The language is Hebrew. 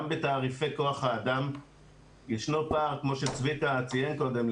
גם בתעריפי כוח האדם ישנו פער כמו שצביקה ציין קודם.